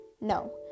No